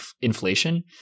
inflation